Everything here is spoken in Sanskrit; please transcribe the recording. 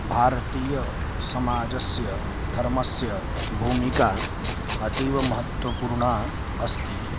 भारतीयसमाजस्य धर्मस्य भूमिका अतीवमहत्त्वपूर्णा अस्ति